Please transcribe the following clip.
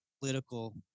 political